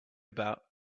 about